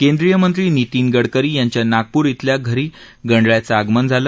केंद्रीय मंत्री नितीन गडकरी यांच्या नागपूर श्रिल्या घरी गणरायाचं आगमन झालं